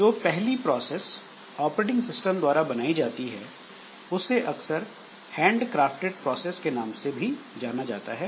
जो पहली process operating system द्वारा बनाई जाती है उसे अक्सर हैंड क्राफ्टेड प्रोसेस के नाम से भी जाना जाता है